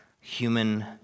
human